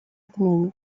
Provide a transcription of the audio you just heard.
отмене